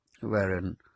wherein